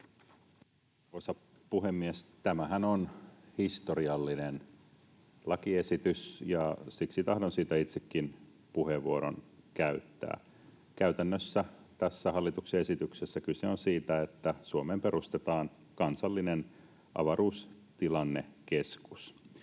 puhemies! Tämähän on historiallinen lakiesitys, ja siksi tahdon siitä itsekin puheenvuoron käyttää. Käytännössä tässä hallituksen esityksessä kyse on siitä, että Suomeen perustetaan kansallinen avaruustilannekeskus.